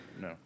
No